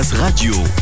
Radio